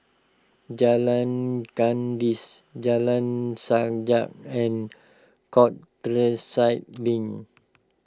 Jalan Kandis Jalan Sajak and Countryside Link